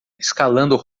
escalando